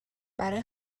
برای